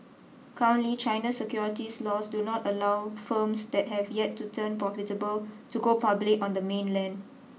currently China's securities laws do not allow firms that have yet to turn profitable to go public on the mainland